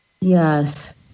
Yes